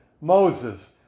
Moses